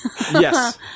Yes